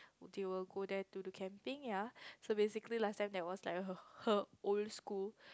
they will go there to do camping ya so basically last time that was like her her old school